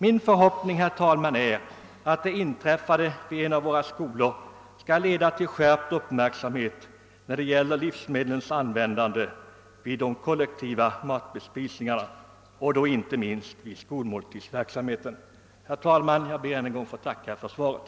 Min förhoppning, herr talman, är att det vid en av våra skolor inträffade skall leda till skärpt uppmärksamhet när det gäller livsmedlens användande vid våra kollektiva matbespisningar och inte minst vid skolmåltidsverksamheten. Herr talman! Jag ber än en gång att få tacka för svaret.